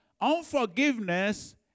unforgiveness